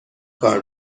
کار